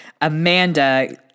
Amanda